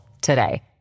today